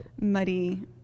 muddy